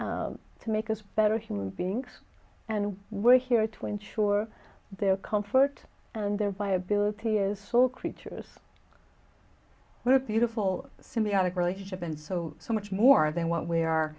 here to make us better human beings and we're here to ensure their comfort and their viability is so creatures what a beautiful symbiotic relationship and so so much more than what we are